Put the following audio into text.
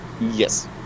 Yes